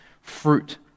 fruit